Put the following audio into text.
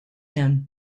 him